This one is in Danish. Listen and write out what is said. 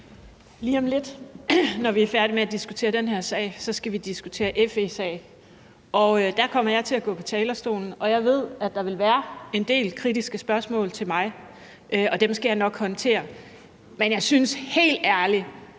Lige om lidt, når vi er færdige med at diskutere den her sag, skal vi diskutere FE-sagen. Der kommer jeg til at gå på talerstolen, og jeg ved, at der vil være en del kritiske spørgsmål til mig, og dem skal jeg nok håndtere. Men jeg synes helt ærligt,